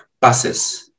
buses